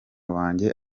wanjye